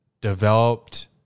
developed